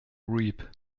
reap